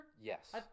Yes